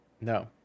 No